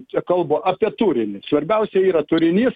čia kalbu apie turinį svarbiausia yra turinys